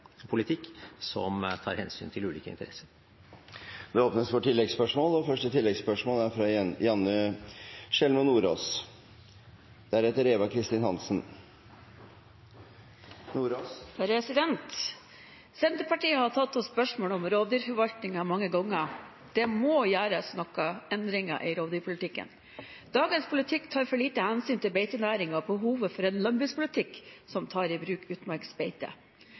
politikk som tar hensyn til ulike interesser. Det åpnes for oppfølgingsspørsmål – først Janne Sjelmo Nordås. Senterpartiet har tatt opp spørsmålet om rovdyrforvaltningen mange ganger. Det må gjøres noen endringer i rovdyrpolitikken. Dagens politikk tar for lite hensyn til beitenæringen og behovet for en landbrukspolitikk som tar i bruk utmarksbeite.